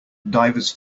divers